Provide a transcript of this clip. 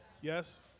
yes